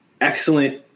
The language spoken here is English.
excellent